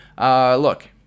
Look